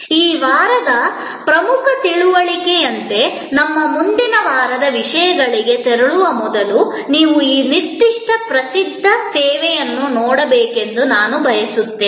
ಈ ವಾರದ ಪ್ರಮುಖ ತಿಳುವಳಿಕೆಯಂತೆ ನಮ್ಮ ಮುಂದಿನ ವಾರದ ವಿಷಯಗಳಿಗೆ ತೆರಳುವ ಮೊದಲು ನೀವು ಈ ನಿರ್ದಿಷ್ಟ ಪ್ರಸಿದ್ಧ ಸೇವೆಯನ್ನು ನೋಡಬೇಕೆಂದು ನಾನು ಬಯಸುತ್ತೇನೆ